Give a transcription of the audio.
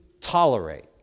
tolerate